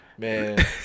Man